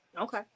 Okay